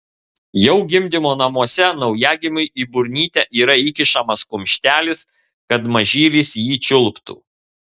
jau gimdymo namuose naujagimiui į burnytę yra įkišamas kumštelis kad mažylis jį čiulptų